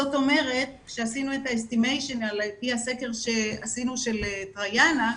כשעשינו את ההערכה לפי הסקר שעשינו, של טראיינה,